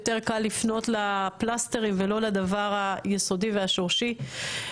יותר קל לפנות לפלסטרים ולא לדבר היסודי והשורשי.